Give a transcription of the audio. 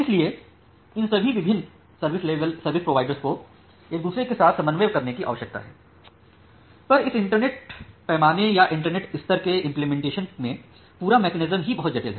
इसलिए इन सभी विभिन्न सर्विस प्रोवाइडर्स को एक दूसरे के साथ समन्वय करने की आवश्यकता हैपर इस इंटरनेट पैमाने या इंटरनेट स्तर के इम्पलीमेंटेशन में पूरा मेकेनिज़्म के लिए बहुत जटिल है